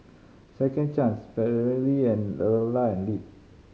Second Chance Perllini and and Lindt